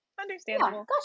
understandable